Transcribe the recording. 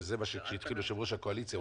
כשהתחיל יושב-ראש הקואליציה,